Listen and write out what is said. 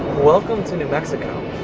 welcome to new mexico.